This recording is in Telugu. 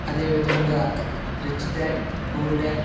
అదే విధముగా రిచ్ డాడ్ పూర్ డాడ్